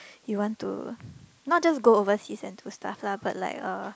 you want to not just go overseas and do stuff lah but like uh